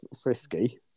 frisky